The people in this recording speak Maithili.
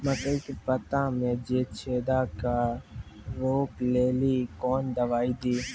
मकई के पता मे जे छेदा क्या रोक ले ली कौन दवाई दी?